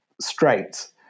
straight